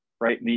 right